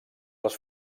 les